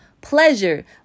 pleasure